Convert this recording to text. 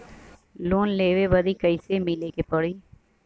Loan लेवे बदी कैसे मिले के पड़ी?